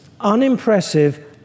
unimpressive